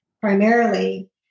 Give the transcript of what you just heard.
primarily